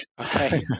Okay